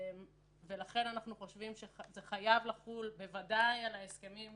ולכן אנחנו חושבים שזה חייב לחול, בוודאי על תיקים